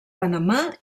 panamà